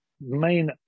main